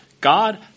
God